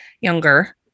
younger